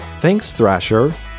THANKSTHRASHER